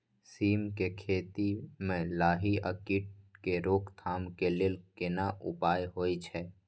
सीम के खेती म लाही आ कीट के रोक थाम के लेल केना उपाय होय छै?